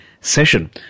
session